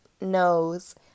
nose